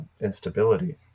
instability